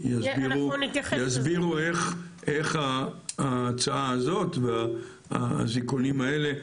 יסבירו איך ההצעה הזאת והאזיקונים האלה,